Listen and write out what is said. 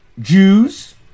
jews